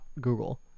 Google